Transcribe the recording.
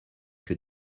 que